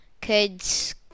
kids